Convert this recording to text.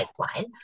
pipeline